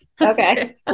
okay